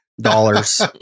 dollars